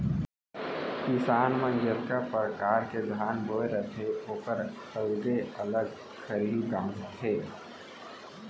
किसान मन जतका परकार के धान बोए रथें ओकर अलगे अलग खरही गॉंजथें